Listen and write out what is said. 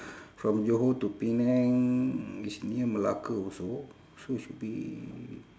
from johor to penang it's near malacca also so it should be